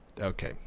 Okay